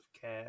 care